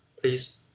please